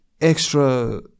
extra